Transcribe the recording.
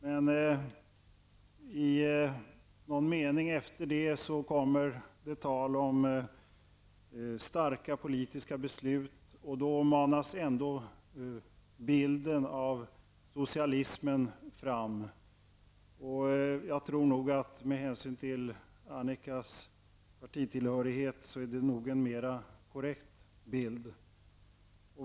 Men någon mening efteråt kommer det tal om starka politiska beslut, och då manas ändå bilden av socialismen fram. Med tanke på Annika Åhnbergs partitillhörighet tror jag nog att det är en mera korrekt bild.